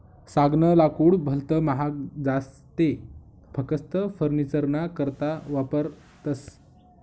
सागनं लाकूड भलत महाग जास ते फकस्त फर्निचरना करता वापरतस